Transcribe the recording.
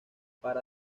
para